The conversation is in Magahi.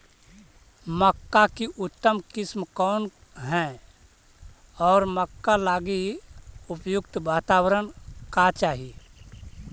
मक्का की उतम किस्म कौन है और मक्का लागि उपयुक्त बाताबरण का चाही?